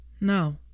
No